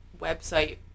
website